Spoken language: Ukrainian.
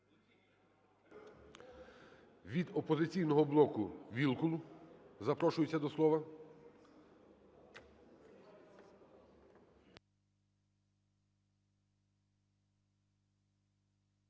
Від "Опозиційного блоку" Вілкул запрошується до слова.